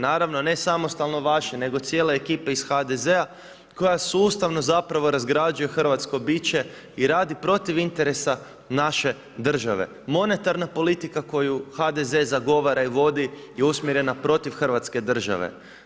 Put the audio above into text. Naravno, ne samostalno vaše, nego cijele ekipe iz HDZ-a koja sustavno zapravo razgrađuje hrvatsko biće i radi protiv interesa naše države, monetarna politika koju HDZ zagovara i vodi je usmjerena protiv Hrvatske države.